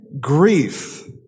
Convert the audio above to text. grief